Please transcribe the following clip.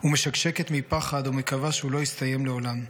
ומשקשקת מפחד ומקווה שהוא לא יסתיים לעולם.